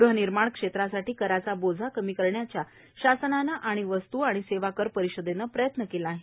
ग्हनिर्माण क्षेत्रासाठी कराचा बोजा कमी करण्याचा शासनानं आणि वस्तू आणि सेवा कर परिषदेनं प्रयत्न केला आहे